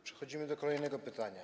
Przechodzimy do kolejnego pytania.